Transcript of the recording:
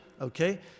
okay